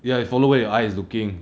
ya it follow where your eyes is looking